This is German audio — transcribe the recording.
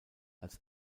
als